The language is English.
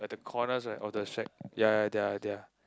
like the corners right of the shack ya they are they are